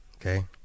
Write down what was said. okay